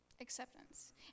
Acceptance